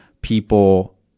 people